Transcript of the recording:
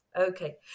Okay